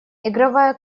игровая